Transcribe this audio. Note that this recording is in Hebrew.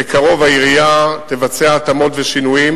בקרוב העירייה תבצע התאמות ושינויים